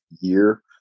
year